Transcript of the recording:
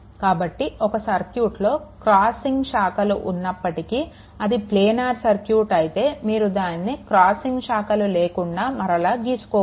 కాబట్టి ఒక సర్క్యూట్లో క్రాసింగ్ శాఖలు ఉన్నపటికి అది ప్లానర్ సర్క్యూట్ అయితే మీరు దానిని క్రాసింగ్ శాఖలు లేకుండా మరలా గీసుకోవచ్చు